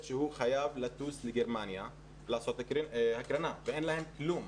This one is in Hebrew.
שחייב לטוס לגרמניה לעבור הקרנה ואין להם כלום.